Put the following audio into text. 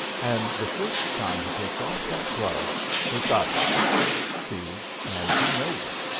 and the first time he takes off that glove they've got him see, and he knows it.